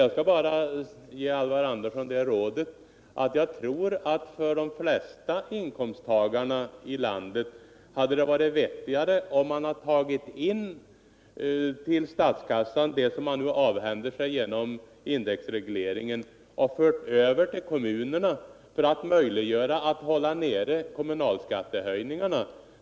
Jag tror att det för de allra festa inkomsttagare i landet hade varit vettigare om man till statskassan hade tagit in det man nu avhänder sig genom indexregleringen och fört över de pengarna till kommunerna för att möjliggöra för dessa att hålla tillbaka skattehöjningarna.